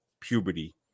puberty